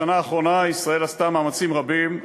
בשנה האחרונה ישראל עשתה מאמצים רבים,